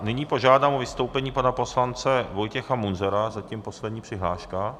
Nyní požádám o vystoupení pana poslance Vojtěcha Munzara, zatím poslední přihláška.